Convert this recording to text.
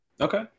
Okay